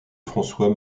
françois